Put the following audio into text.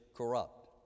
Corrupt